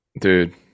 Dude